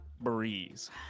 breeze